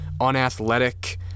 unathletic